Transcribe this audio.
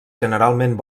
generalment